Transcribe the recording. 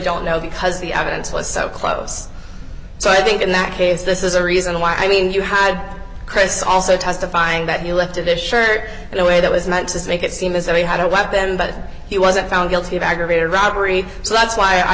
don't know because the evidence was so close so i think in that case this is a reason why i mean you had chris also testifying that he lifted the shirt in a way that was meant to make it seem as though he had a weapon but he wasn't found guilty of aggravated robbery so that's why i